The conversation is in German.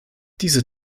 diese